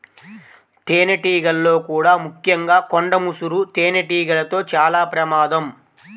తేనెటీగల్లో కూడా ముఖ్యంగా కొండ ముసురు తేనెటీగలతో చాలా ప్రమాదం